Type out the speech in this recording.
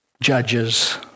judges